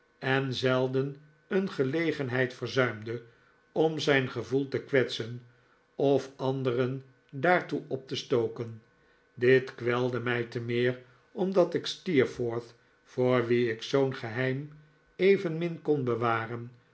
en zelden een gelegenheid verzuimde om zijn gevoel te kwetsen of anderen daartoe op te stoken dit kwelde mij te meer omdat ik steerforth voor wien ik zoo'n geheim evenmin kon bewaren